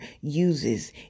uses